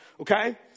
okay